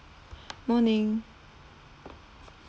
morning